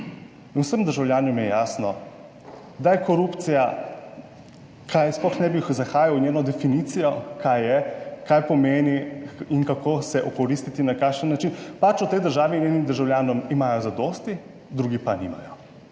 vsem državljanom je jasno, da je korupcija, sploh ne bi zahajal v njeno definicijo kaj je, kaj pomeni in kako se okoristiti, na kakšen način, pač v tej državi in njenim državljanom imajo zadosti, drugi pa nimajo.